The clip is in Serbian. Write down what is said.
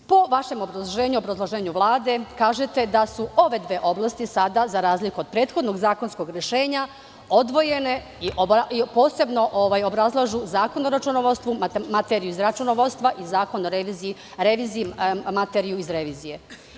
Po vašem obrazloženju, obrazloženju Vlade, kažete da su ove dve oblasti sada, za razliku od prethodnog zakonskog rešenja, odvojene i posebno obrazlažu Zakon o računovodstvu, materiju iz računovodstva i Zakon o reviziji, materiju iz revizije.